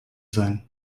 sein